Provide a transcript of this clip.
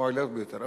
מועילות ביותר.